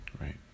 right